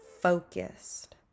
focused